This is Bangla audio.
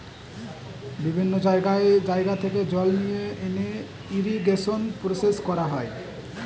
বিভিন্ন জায়গা থেকে জল নিয়ে এনে ইরিগেশন প্রসেস করা হয়